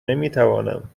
نمیتوانم